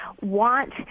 want